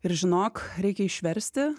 ir žinok reikia išversti